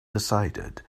decided